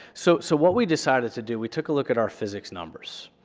so so what we decided to do, we took a look at our physics numbers.